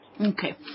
Okay